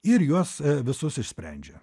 ir juos visus išsprendžia